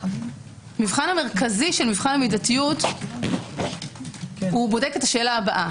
המבחן המרכזי של מבחן המידתיות בודק את השאלה הבאה: